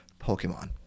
Pokemon